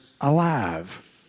alive